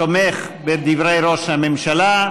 תומך בדברי ראש הממשלה,